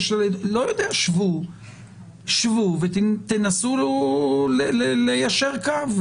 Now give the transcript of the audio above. שבו ותנסו ליישר קו,